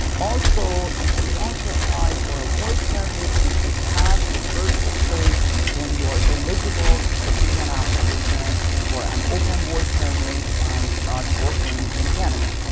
also, if you want to apply for a work permit if you pass the first stage then you are eligible to submit an application for an open work permit and start working in canada.